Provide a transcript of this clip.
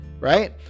right